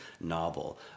novel